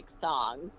songs